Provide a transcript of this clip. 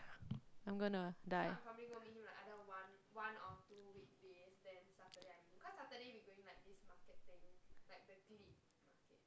I'm gonna die